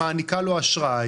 מה קרה עכשיו?